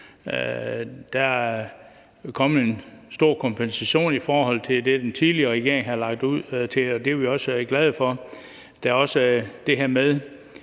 Der er kommet en stor kompensation i forhold til det, den tidligere regering havde lagt op til det, og det er vi også glade for. Der er også det her med